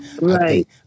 Right